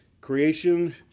Creation